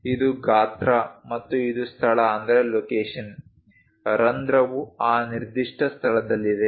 ಇದು ಗಾತ್ರ ಮತ್ತು ಇದು ಸ್ಥಳ ರಂಧ್ರವು ಆ ನಿರ್ದಿಷ್ಟ ಸ್ಥಳದಲ್ಲಿದೆ